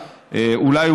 אולי,